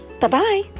Bye-bye